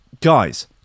Guys